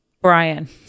Brian